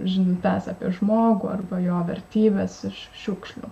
žinutes apie žmogų arba jo vertybes iš šiukšlių